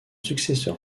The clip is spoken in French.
successeur